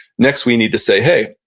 next we need to say, hey,